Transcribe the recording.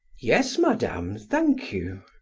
yes, madame, thank you.